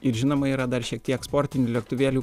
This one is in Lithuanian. ir žinoma yra dar šiek tiek sportinių lėktuvėlių